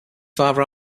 farther